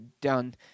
done